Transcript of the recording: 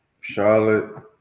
Charlotte